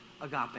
agape